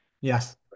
Yes